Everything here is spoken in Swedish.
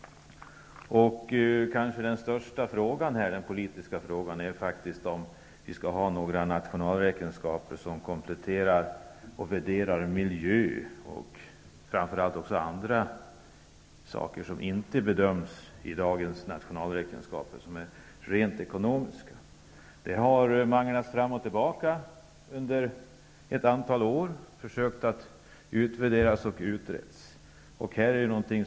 Kanske den största politiska frågan i sammanhanget faktiskt är om vi skall ha några nationalräkenskaper, där man värderar en miljö och andra saker som inte bedöms i dagens nationalräkenskaper, som ju är rent ekonomiska. Detta har manglats fram och tillbaka under ett antal år, utvärderats och utretts. Nu måste man fram med någonting.